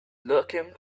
looking